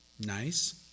nice